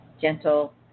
gentle